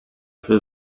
für